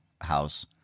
house